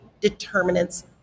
determinants